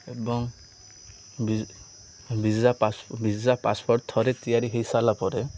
ଏବଂ ବି visa passport ଥରେ ତିଆରି ହୋଇସାରିଲା ପରେ